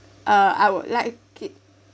uh I would like it